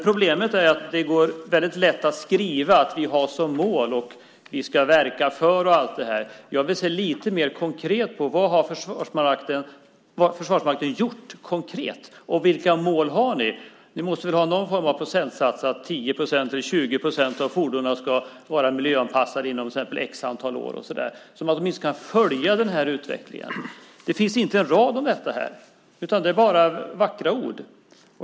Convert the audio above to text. Problemet är dock att det är väldigt lätt att skriva vad man har som mål och vad man ska verka för. Jag vill se lite mer konkret vad Försvarsmakten har gjort och vilka mål ni har. Ni måste väl ha någon form av procentsatser - till exempel att 10 eller 20 procent av fordonen ska vara miljöanpassade inom ett visst antal år - så att man åtminstone kan följa utvecklingen. Det finns inte en rad om detta, utan det är bara vackra ord!